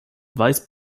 vice